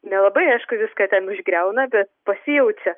nelabai aišku viską ten išgriauna bet pasijaučia